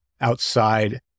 outside